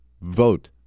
vote